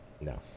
no